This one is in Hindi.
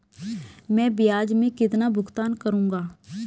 मैं ब्याज में कितना भुगतान करूंगा?